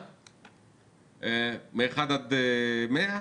מאחד עד מאה?